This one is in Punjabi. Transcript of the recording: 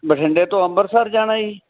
ਬਠਿੰਡੇ ਤੋਂ ਅੰਮ੍ਰਿਤਸਰ ਜਾਣਾ ਜੀ